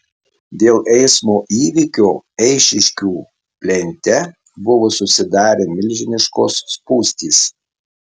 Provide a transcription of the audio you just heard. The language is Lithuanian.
dėl eismo įvykio eišiškių plente buvo susidarę milžiniškos spūstys